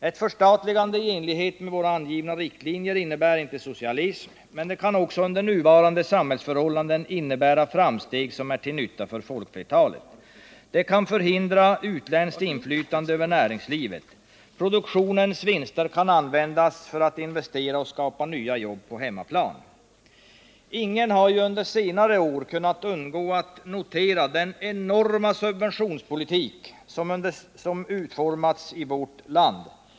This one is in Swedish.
Ett förstatligande i enlighet med av oss angivna riktlinjer innebär inte socialism, men det kan, också under nuvarande samhällsförhållanden, innebära framsteg som är till nytta för folkflertalet. Det kan förhindra utländskt inflytande över näringslivet. Produktionens vinster kan användas för att investera och skapa nya jobb på hemmaplan. Ingen har under senare år kunnat undgå att notera den enorma subventionspolitik som utformats i vårt land.